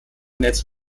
netz